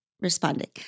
responding